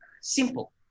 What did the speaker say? Simple